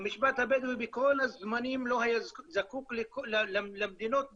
המשפט הבדואי בכל הזמנים לא היה זקוק למדינות בכלל,